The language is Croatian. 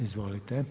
Izvolite.